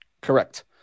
correct